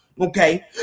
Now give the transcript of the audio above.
okay